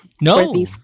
No